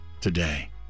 today